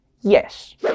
Yes